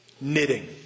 knitting